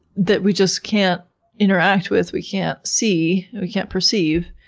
that we just can't interact with, we can't see, we can't perceive.